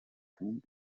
boom